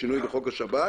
שינוי בחוק השב"כ,